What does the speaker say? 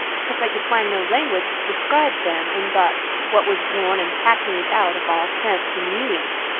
because i could find no language to describe them in but what was worn and hackneyed out of all sense and meaning.